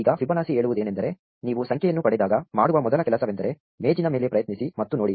ಈಗ ಫಿಬೊನಾಸಿ ಹೇಳುವುದೇನೆಂದರೆ ನೀವು ಸಂಖ್ಯೆಯನ್ನು ಪಡೆದಾಗ ಮಾಡುವ ಮೊದಲ ಕೆಲಸವೆಂದರೆ ಮೇಜಿನ ಮೇಲೆ ಪ್ರಯತ್ನಿಸಿ ಮತ್ತು ನೋಡಿ